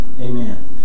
Amen